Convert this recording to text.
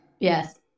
yes